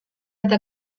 eta